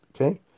okay